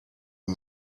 and